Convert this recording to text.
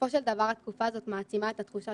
בסופו של דבר התקופה הזאת מעצימה את התחושה